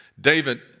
David